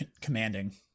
commanding